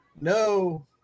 No